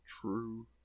True